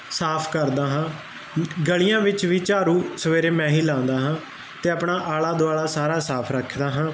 ਸਾਫ ਕਰਦਾ ਹਾਂ ਗਲੀਆਂ ਵਿੱਚ ਵੀ ਝਾੜੂ ਸਵੇਰੇ ਮੈਂ ਹੀ ਲਾਉਂਦਾ ਹਾਂ ਤੇ ਆਪਣਾ ਆਲਾ ਦੁਆਲਾ ਸਾਰਾ ਸਾਫ ਰੱਖਦਾ ਹਾਂ